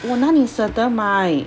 我哪里舍得买